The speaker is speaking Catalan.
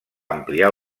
ampliar